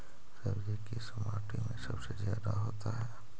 सब्जी किस माटी में सबसे ज्यादा होता है?